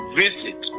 visit